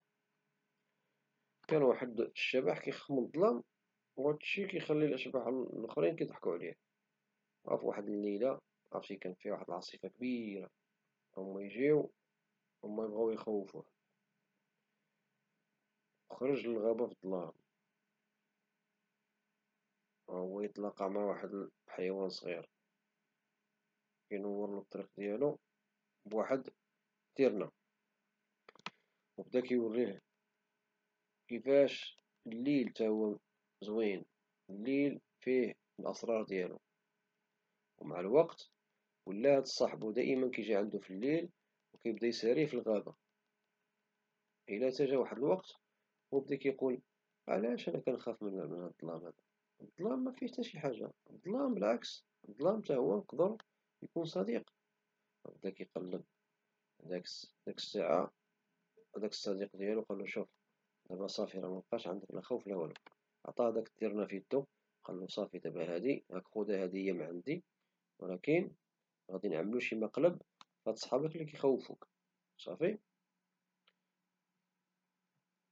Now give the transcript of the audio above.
كان واحد الشبح كيخاف من الظلام شي لي كيخلي الأشباح الآخرين كيضحكو عليه، فواحد الليلة كانت فيها واحد العاصفة كبيرة وهما يجيو وبغو يخوفوه خرج للغابة في الظلام وهو يتلقا مع واحد الحيوان صغير كينورلو الطريق ديالو بواحد التيرنا وبدا كيوريه كيفاش الليل حتى هو زوين وفيه الأسرار ديالو ومع الوقت ولا هد صاحبو كيجي عندو في الليل وكيبدا يساريه في الغابة حتى جا واحد الوقت وبدا كيقول علاش انا كنخاف من الظلام ؟ الظلام مفيهش حتى شي حاجة ، وبالعكس الظلام نقدر حتى هو يقدر يكون صديق، وداك الساعة هداك الصديق ديالو قالو صافي راه مبقا عندك لا خوف لا والو ، وعطالو التيرنا وقالو هذه هدية من عندي ولكن عنعملو واحد المقلب في هد صحابك لي كيخوفوك، صافي.